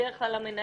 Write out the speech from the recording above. בדרך כלל המנהל,